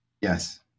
Yes